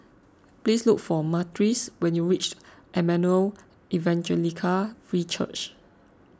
please look for Myrtis when you reach Emmanuel Evangelical Free Church